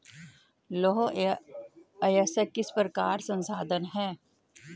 लौह अयस्क किस प्रकार का संसाधन है?